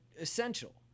essential